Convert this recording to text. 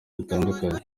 bitandukanye